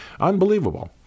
Unbelievable